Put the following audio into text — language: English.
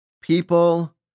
People